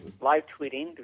live-tweeting